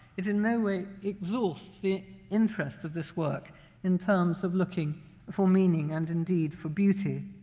it in no way exhausts the interest of this work in terms of looking for meaning and, indeed, for beauty.